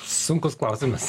sunkus klausimas